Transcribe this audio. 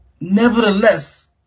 Nevertheless